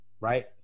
right